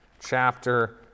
chapter